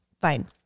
fine